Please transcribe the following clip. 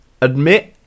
admit